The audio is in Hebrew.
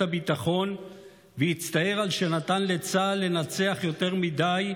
הביטחון והצטער על שנתן לצה"ל לנצח יותר מדי,